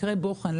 מקרה בוחן,